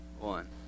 One